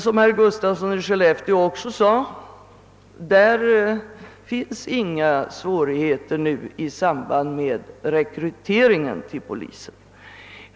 Som herr Gustafsson i Skellefteå sade finns emellertid nu inga svårigheter för rekryteringen till polisen.